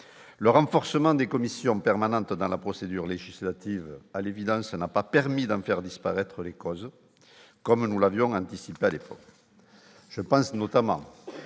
le renforcement des commissions permanentes dans la procédure législative, à l'évidence n'a pas permis d'en faire disparaître les causes, comme nous l'avions anticipé à l'époque,